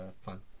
fun